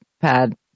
pad